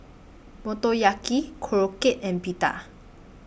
Motoyaki Korokke and Pita